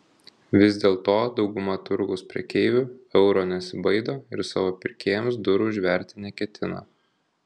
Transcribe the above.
vis dėlto dauguma turgaus prekeivių euro nesibaido ir savo pirkėjams durų užverti neketina